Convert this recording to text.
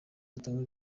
batanga